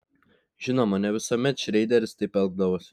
žinoma ne visuomet šreideris taip elgdavosi